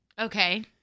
Okay